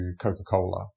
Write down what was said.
Coca-Cola